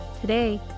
Today